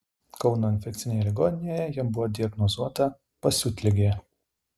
kauno infekcinėje ligoninėje jam buvo diagnozuota pasiutligė